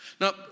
Now